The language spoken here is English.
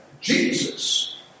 Jesus